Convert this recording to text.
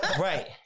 Right